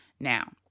Now